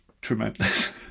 tremendous